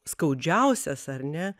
skaudžiausias ar ne